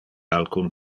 alcun